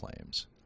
claims